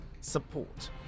support